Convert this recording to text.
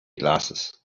glasses